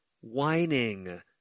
whining